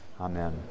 Amen